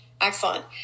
excellent